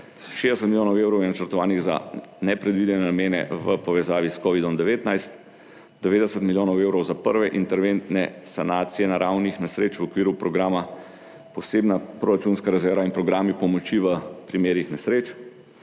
60 milijonov evrov je načrtovanih za nepredvidene namene v povezavi s covidom-19. 90 milijonov evrov za prve interventne sanacije naravnih nesreč v okviru programa posebna proračunska rezerva in programi pomoči v primerih nesreč.